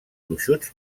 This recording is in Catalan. gruixuts